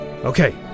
Okay